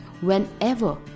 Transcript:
Whenever